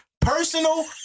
personal